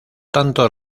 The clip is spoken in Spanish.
tanto